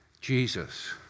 Jesus